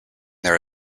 their